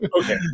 Okay